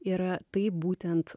ir taip būtent